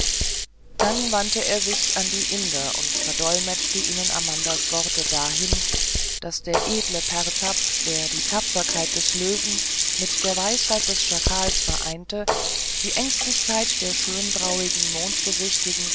dann wandte er sich an die inder und verdolmetschte ihnen amandas worte dahin daß der edle pertab der die tapferkeit des löwen mit der weisheit des schakals vereinigte die ängstlichkeit der